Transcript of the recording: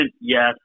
yes